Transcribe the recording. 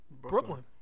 Brooklyn